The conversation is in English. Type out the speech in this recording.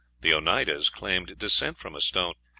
the oneidas claimed descent from a stone,